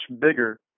bigger